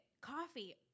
Coffee